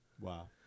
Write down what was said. Wow